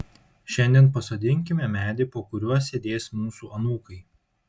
šiandien pasodinkime medį po kuriuo sėdės mūsų anūkai